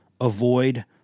avoid